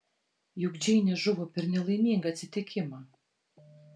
juk džeinė žuvo per nelaimingą atsitikimą